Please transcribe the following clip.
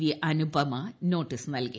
V Anupama notice നൽകി